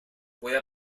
puede